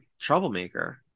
troublemaker